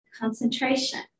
concentration